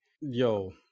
Yo